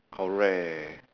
correct